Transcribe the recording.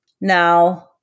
Now